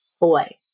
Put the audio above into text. boys